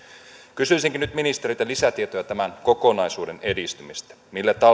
kysyisinkin nyt ministeriltä lisätietoja tämän kokonaisuuden edistymisestä millä